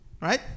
Right